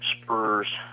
spurs